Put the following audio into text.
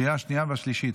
לקריאה השנייה והשלישית.